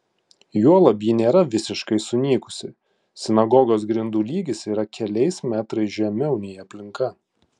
juolab ji nėra visiškai sunykusi sinagogos grindų lygis yra keliais metrais žemiau nei aplinka